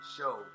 Show